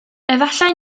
efallai